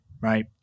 right